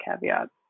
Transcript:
caveats